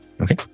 okay